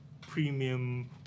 premium